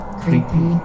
creepy